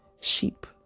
sheep